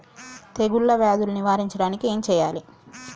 తెగుళ్ళ వ్యాధులు నివారించడానికి ఏం చేయాలి?